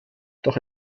doch